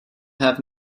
have